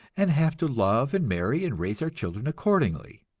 and have to love and marry and raise our children accordingly.